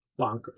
bonkers